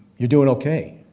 you're doing okay.